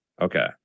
okay